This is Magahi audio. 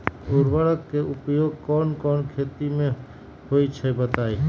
उर्वरक के उपयोग कौन कौन खेती मे होई छई बताई?